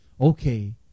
okay